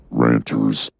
ranters